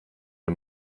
her